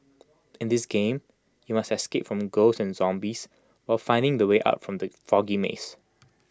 in this game you must escape from ghosts and zombies while finding the way out from the foggy maze